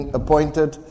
appointed